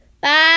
Bye